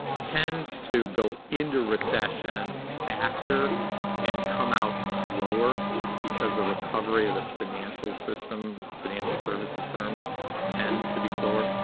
tends to go into recession faster and come out slower because the recovery of the financial system and financial services firms tends to be slower.